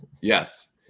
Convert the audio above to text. Yes